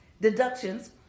deductions